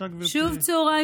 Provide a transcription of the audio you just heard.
העבודה והרווחה.